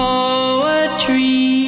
Poetry